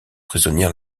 prisonnière